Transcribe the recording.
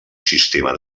sistema